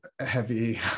heavy